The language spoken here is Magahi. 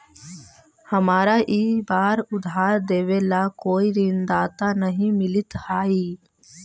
हमारा ई बार उधार देवे ला कोई ऋणदाता नहीं मिलित हाई